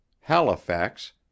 Halifax